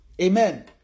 Amen